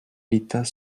l’état